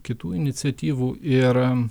kitų iniciatyvų ir